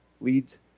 leads